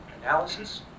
analysis